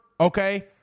okay